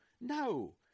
No